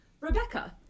Rebecca